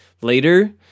later